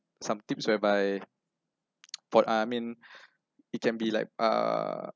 some tips whereby for I mean it can be like uh